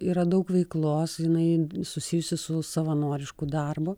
yra daug veiklos jinai susijusi su savanorišku darbu